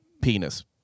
penis